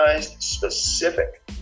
specific